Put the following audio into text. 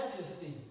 majesty